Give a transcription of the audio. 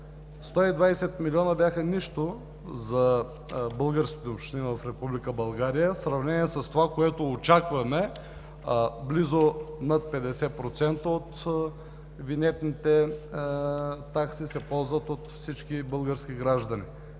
120 милиона бяха нищо за българските общини в Република България в сравнение с това, което очакваме – близо над 50% от винетните такси се ползват от всички български граждани